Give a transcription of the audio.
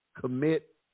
commit